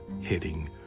hitting